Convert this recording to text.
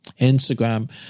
Instagram